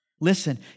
Listen